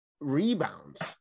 rebounds